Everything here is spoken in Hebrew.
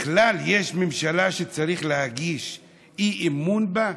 בכלל יש ממשלה שצריך להגיש אי-אמון בה?